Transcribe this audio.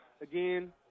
again